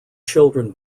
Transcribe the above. children